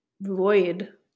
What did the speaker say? void